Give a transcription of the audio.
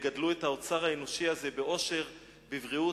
ויגדלו את האוצר האנושי הזה באושר ובבריאות,